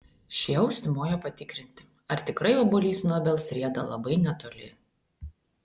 šie užsimojo patikrinti ar tikrai obuolys nuo obels rieda labai netoli